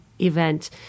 event